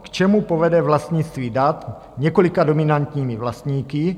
K čemu povede vlastnictví dat několika dominantními vlastníky?